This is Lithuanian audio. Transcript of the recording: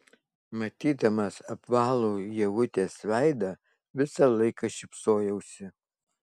matydamas apvalų ievutės veidą visą laiką šypsojausi